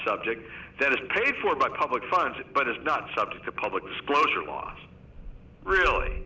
subject that is paid for by public funds but is not subject to public disclosure laws really